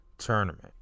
tournament